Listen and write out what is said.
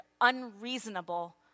unreasonable